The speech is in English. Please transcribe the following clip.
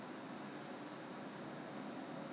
online from Watsons only or from other sh~